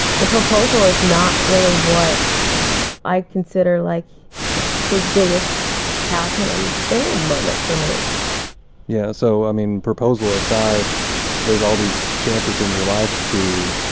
the proposal is not really what i consider like his biggest power pam boom moment for me yeah. so i mean proposal aside there's all these chances in your life too.